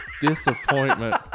disappointment